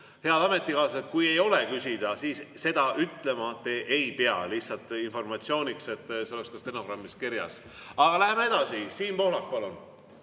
Head ametikaaslased, kui ei ole midagi küsida, siis te seda ütlema ei pea. Lihtsalt informatsiooniks, et see oleks ka stenogrammis kirjas. Aga läheme edasi. Siim Pohlak, palun!